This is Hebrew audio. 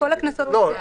כל הקנסות כאן הם "עד".